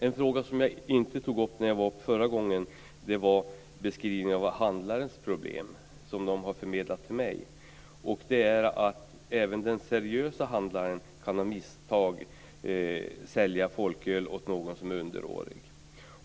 En fråga som jag inte tog upp förra gången gäller beskrivningen av handlarnas problem, såsom dessa förmedlats till mig - även den seriöse handlaren kan ju av misstag sälja folköl till en underårig.